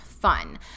Fun